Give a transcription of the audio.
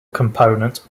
component